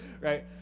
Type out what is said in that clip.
right